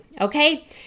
okay